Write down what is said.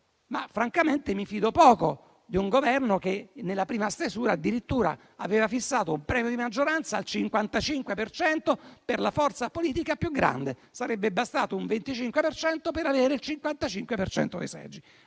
Ma francamente mi fido poco di un Governo che nella prima stesura, addirittura, aveva fissato un premio di maggioranza al 55 per cento per la forza politica più grande: sarebbe bastato un 25 per cento per avere il 55 per cento